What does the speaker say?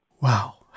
Wow